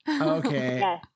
okay